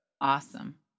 Awesome